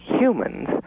humans